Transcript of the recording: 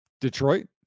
Detroit